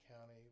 County